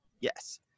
yes